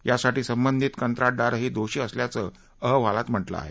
यासाठी संबंधित कंत्राटदारही दोषी असल्याचं अहवालात म्हटलं आहे